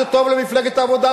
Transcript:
למפלגת העבודה,